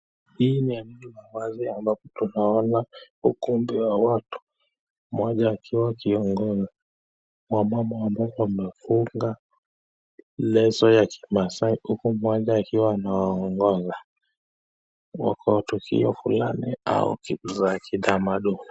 Hii ni kundi la watu ambapo tunaona watu mmoja akiwa kiongozi. Mama ambao wamefunga leso ya kimasaai mmoja wao akiwa anaongoza. Wako kwa shughuli fulani za kitamaduni.